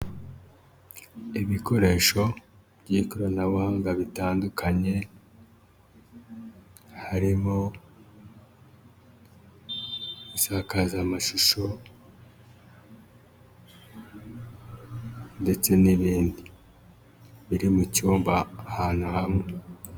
Ibikoresho by'ikoranabuhanga bitandukanye, harimo insakazamashusho ndetse n'ibindi biri mu cyumba ahantu hamwe.